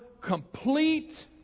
complete